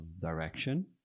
direction